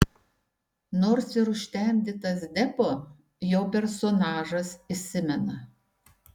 nors ir užtemdytas deppo jo personažas įsimena